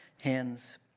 hands